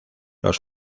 los